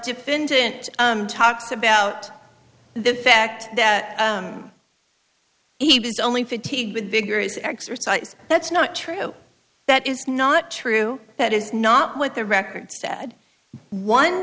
defendant talks about the fact that he was only vigorous exercise that's not true that is not true that is not what the record said one